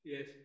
Yes